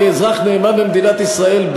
כאזרח נאמן למדינת ישראל,